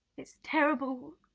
its terrible